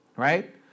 Right